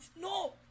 No